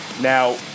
Now